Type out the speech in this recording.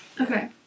okay